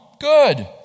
Good